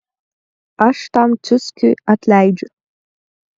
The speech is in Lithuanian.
aš tam ciuckiui atleidžiu